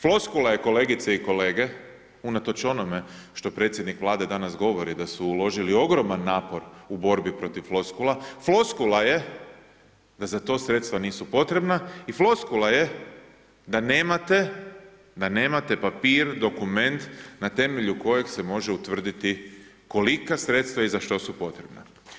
Floskula je kolegice i kolege, unatoč onome što predsjednik Vlade danas govori da su uložili ogroman napor u borbi protiv floskula, floskula je da za to sredstva nisu potreba i floskula je da nemate, da nemate papir, dokument na temelju kojeg se može utvrditi kolika sredstva i za što su potrebna.